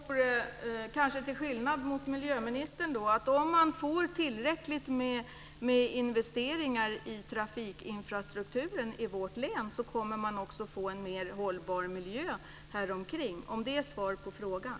Fru talman! Till skillnad från miljöministern tror jag att om det blir tillräckligt med investeringar i trafikinfrastrukturen i vårt län kommer det att bli en mer hållbar miljö omkring oss. Det är svar på frågan.